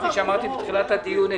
כפי שאמרתי בתחילת הדיון,